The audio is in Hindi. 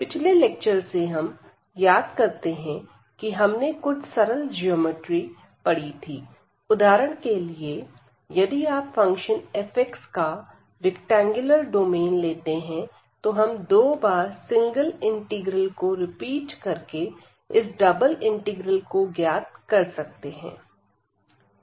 पिछले लेक्चर से हम याद करते हैं कि हमने कुछ सरल ज्योमेट्री पढ़ी थी उदाहरण के लिए यदि आप फंक्शन f का रेक्टेंगुलर डोमेन लेते हैं तो हम दो बार सिंगल इंटीग्रल को रिपीट करके इस डबल इंटीग्रल को ज्ञात कर सकते हैं